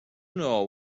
know